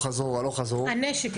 איפה הנשק?